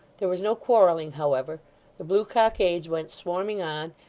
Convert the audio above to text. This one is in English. there was no quarrelling, however the blue cockades went swarming on,